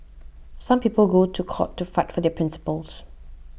some people go to court to fight for their principles